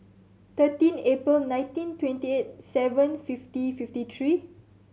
thirteen April nineteen twenty eight seven fifty fifty three